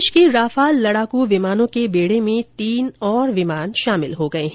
देश के राफाल लडाकू विमानों के बेड़े में तीन और विमान शामिल हो गए हैं